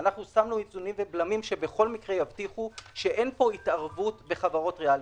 שמנו איזונים ובלמים שיבטיחו שאין פה התערבות בחברות ריאליות.